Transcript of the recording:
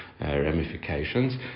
ramifications